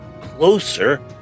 closer